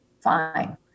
fine